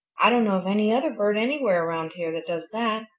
i don't know of any other bird anywhere around here that does that.